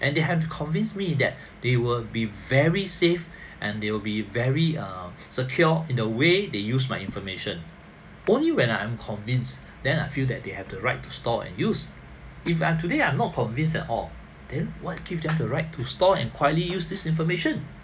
and they have to convince me that they will be very safe and they'll be very err secure in the way they use my information only when I am convinced then I feel that they have the right to store and use if I'm today I'm not convinced at all then what give them the right to store and quietly use this information